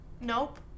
Nope